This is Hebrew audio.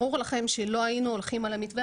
ברור לכם שלא היינו הולכים על המתווה